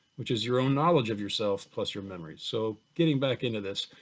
which is your own knowledge of yourself, plus your memories. so getting back into this,